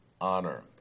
honor